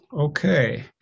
Okay